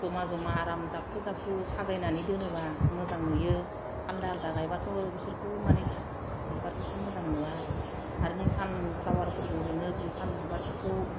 जमा जमा आराम जाबख्रु जाबख्रु साजायनानै दोनोब्ला मोजां नुयो आलदा आलदा गायबाथ' बिसोरखौ मानि बिबारफोरखौ मोजां नुआ आरो आरो नों सानफ्लावारफोरखौ नोङो सानबिबारफोरखौ